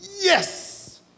yes